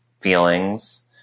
feelings